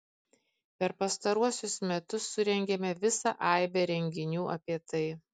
per pastaruosius metus surengėme visą aibę renginių apie tai